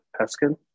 Peskin